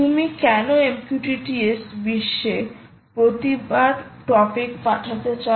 তুমি কেন MQTT S বিশ্বে প্রতিবার টপিক পাঠাতে চাও